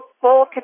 Full